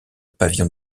pavillon